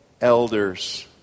elders